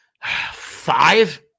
five